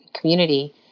community